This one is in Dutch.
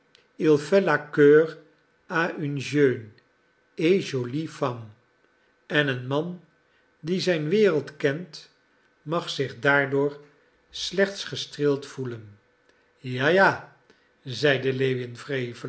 une jeune et jolie femme en een man die zijn wereld kent mag zich daardoor slechts gestreeld gevoelen ja ja zeide